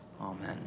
Amen